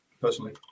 personally